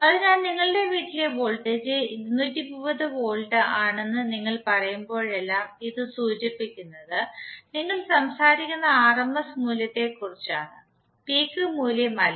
അതിനാൽ നിങ്ങളുടെ വീട്ടിലെ വോൾട്ടേജ് 230 വോൾട്ട് ആണെന്ന് നിങ്ങൾ പറയുമ്പോഴെല്ലാം ഇത് സൂചിപ്പിക്കുന്നത് നിങ്ങൾ സംസാരിക്കുന്നത് ആർഎംഎസ് മൂല്യത്തെ കുറിച്ചാണ് പീക്ക് മൂല്യം അല്ല